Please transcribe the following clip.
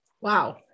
Wow